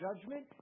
judgment